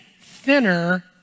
thinner